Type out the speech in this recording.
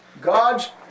God's